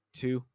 two